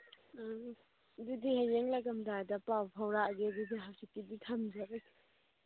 ꯎꯝ ꯑꯗꯨꯗꯤ ꯍꯌꯦꯡ ꯂꯥꯛꯑꯝꯗꯥꯏꯗ ꯄꯥꯎ ꯄꯥꯎꯔꯛꯑꯒꯦ ꯑꯗꯨꯗꯤ ꯍꯧꯖꯤꯛꯀꯤꯗꯤ ꯊꯝꯖꯔꯒꯦ